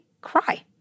cry